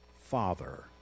Father